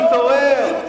תתעורר,